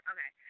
Okay